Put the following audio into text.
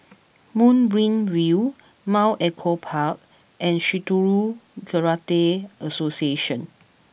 Moonbeam View Mount Echo Park and Shitoryu Karate Association